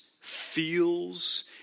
feels